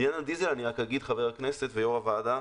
חבר הכנסת ויושב-ראש הוועדה,